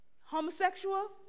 Homosexual